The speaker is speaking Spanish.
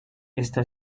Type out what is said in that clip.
esta